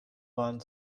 waren